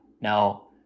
Now